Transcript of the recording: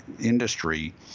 industry